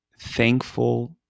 thankful